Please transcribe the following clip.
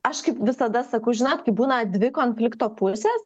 aš kaip visada sakau žinot kai būna dvi konflikto pusės